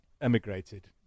emigrated